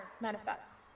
manifest